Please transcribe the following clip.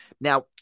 Now